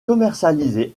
commercialisé